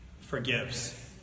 forgives